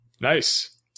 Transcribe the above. Nice